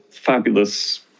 fabulous